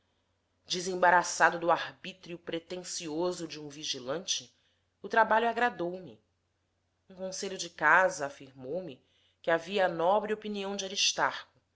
desembaraçado do arbítrio pretensioso de um vigilante o trabalho agradou me um conselho de casa afirmou-me que havia a nobre opinião de